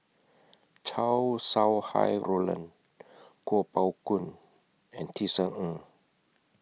Chow Sau Hai Roland Kuo Pao Kun and Tisa Ng